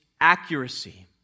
accuracy